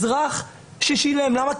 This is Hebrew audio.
אזרח ששילם למה?